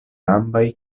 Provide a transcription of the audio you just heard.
ambaŭ